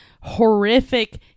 horrific